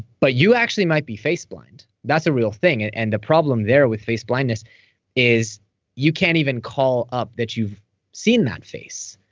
but you actually might be face blind that's a real thing. and and the problem there with face blindness is you can't even call up that you've seen that face.